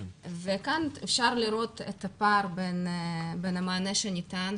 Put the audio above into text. כאן אפשר לראות את הפער בין המענה שניתן,